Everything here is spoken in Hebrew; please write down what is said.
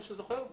מישהו זוכר?